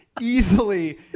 easily